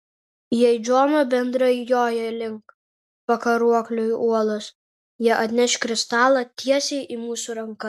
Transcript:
jei džono bendrai joja link pakaruoklių uolos jie atneš kristalą tiesiai į mūsų rankas